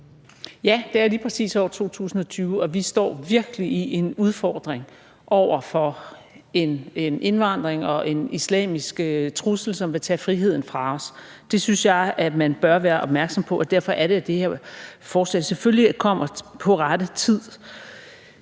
Ja, det er lige præcis år 2020, og vi står virkelig med en udfordring over for en indvandring og en islamisk trussel, som vil tage friheden fra os. Det synes jeg at man bør være opmærksom på, og derfor er det, at det her forslag selvfølgelig kommer på rette tid.